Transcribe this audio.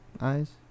eyes